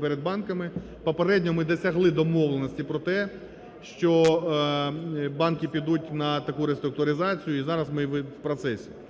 перед банками. Попередньо ми досягли домовленості про те, що банки підуть на таку реструктуризацію і зараз ми в процесі.